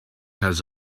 has